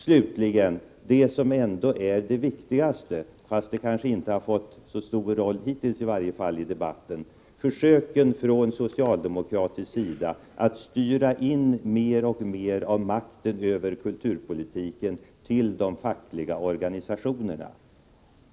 Slutligen: Det som ändå är det viktigaste — och det har hittills inte fått så stort utrymme i debatten — är försöken från socialdemokratisk sida att styra in mer och mer av makten över kulturpolitiken till de fackliga organisationerna.